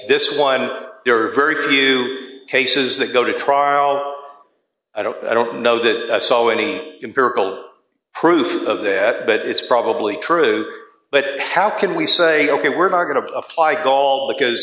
this one there are very few cases that go to trial i don't i don't know that i saw any empirical proof of that but it's probably true but how can we say ok we're not going to apply golf because